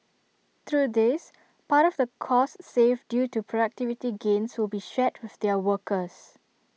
through this part of the costs saved due to productivity gains will be shared with their workers